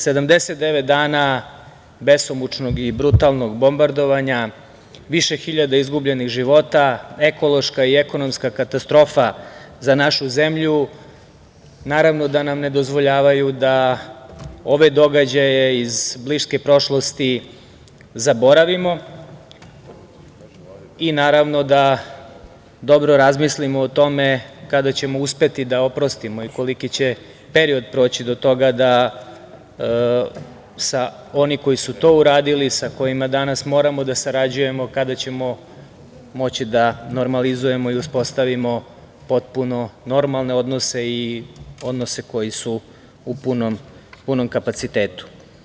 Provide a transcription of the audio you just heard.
Sedamdeset devet dana besomučnog i brutalnog bombardovanja, više hiljada izgubljenih života, ekološka i ekonomska katastrofa za našu zemlju, naravno da nam ne dozvoljavaju da ove događaje iz bliske prošlosti zaboravimo i naravno da dobro razmislimo o tome kada ćemo uspeti da oprostimo i koliki će period proći do toga da oni koji su to uradili, sa kojima danas moramo da sarađujemo kada ćemo moći da normalizujemo i uspostavimo potpuno normalne odnose i odnose koji su u punom kapacitetu.